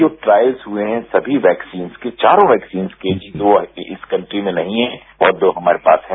जो ट्रायल्स हुए है सभी वैक्सीन की चारों वैक्सीन की जो अमी इस कंट्री में नहीं है और जो हमारे पास है